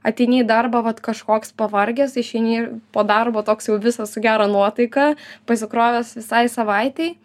ateini į darbą vat kažkoks pavargęs išeini po darbo toks jau visas su gera nuotaika pasikrovęs visai savaitei